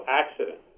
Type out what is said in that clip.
accident